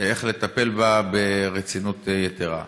איך לטפל בה ברצינות יתרה.